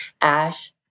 Ash